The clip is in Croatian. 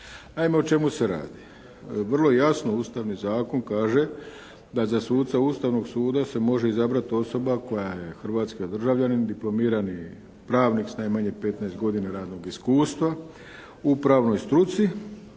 Naime o čemu se radi. Vrlo jasno Ustavni zakon kaže da za suca Ustavnog suda, se može izabrat osoba koja je hrvatski državljanin, diplomirani pravnik s najmanje 15 godina radnog iskustva u pravnoj struci